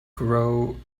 grow